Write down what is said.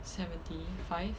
seventy five